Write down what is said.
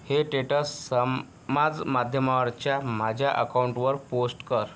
हे टेटस समाज माध्यमांवरच्या माझ्या अकाउंटवर पोस्ट कर